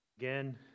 Again